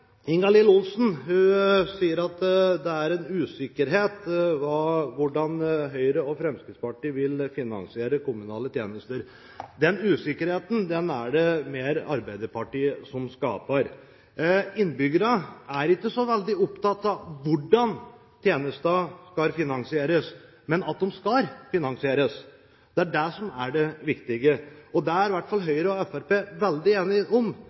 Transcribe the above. Ingalill Olsen sier det er en usikkerhet omkring hvordan Høyre og Fremskrittspartiet vil finansiere kommunale tjenester. Den usikkerheten er det Arbeiderpartiet som skaper. Innbyggerne er ikke så veldig opptatt av hvordan tjenestene skal finansieres, men at de skal finansieres. Det er det som er det viktige. Det er i hvert fall Høyre og Fremskrittspartiet veldig enige om,